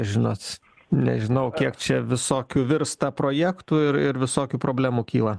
žinot nežinau kiek čia visokių virsta projektų ir visokių problemų kyla